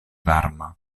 varma